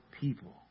people